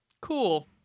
Cool